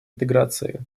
интеграции